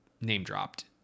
name-dropped